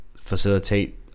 facilitate